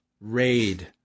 Raid